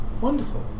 Wonderful